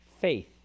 faith